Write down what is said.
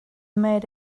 made